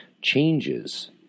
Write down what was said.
changes